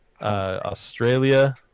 Australia